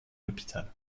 l’hôpital